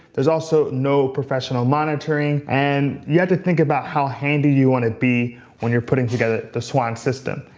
there's also no professional monitoring. and you have to think about how handy you want to be when you're putting together the swann system.